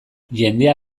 jendea